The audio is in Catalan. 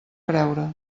creure